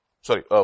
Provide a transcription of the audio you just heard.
Sorry